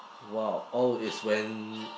!wow! all is when